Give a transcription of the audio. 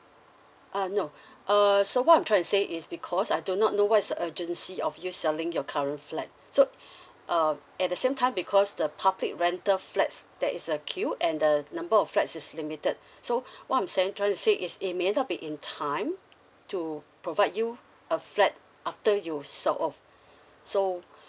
uh no err so what I'm trying to say is because I do not know what's the urgency of you selling your current flat so um at the same time because the public rental flats that is a queue and the number of flats is limited so what I'm saying trying to say is it may not be in time to provide you a flat after you sell off so